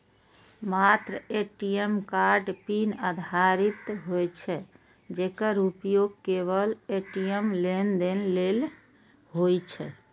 मात्र ATM card pin आधारित होइ छै, जेकर उपयोग केवल ए.टी.एम लेनदेन लेल होइ छै